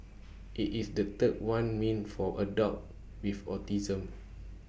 IT is the third one meant for adults with autism